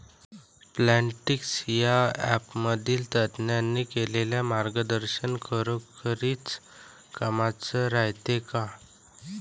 Plantix या ॲपमधील तज्ज्ञांनी केलेली मार्गदर्शन खरोखरीच कामाचं रायते का?